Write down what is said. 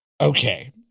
Okay